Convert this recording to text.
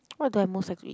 what do I most like to eat